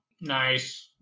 Nice